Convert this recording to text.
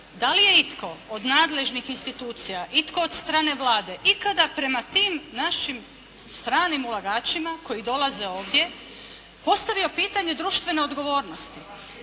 da li je itko od nadležnih institucija, itko od strane Vlade ikada prema tim našim stranim ulagačima koji dolaze ovdje postavio pitanje društvene odgovornosti.